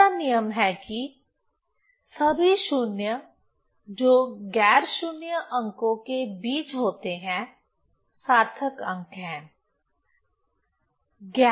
दूसरा नियम है कि सभी शून्य जो गैर शून्य अंकों के बीच होते हैं सार्थक अंक हैं